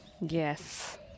Yes